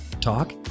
talk